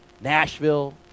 Nashville